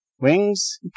Wings